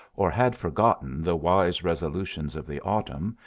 or had forgotten the wise resolutions of the autumn,